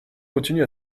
continue